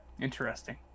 Interesting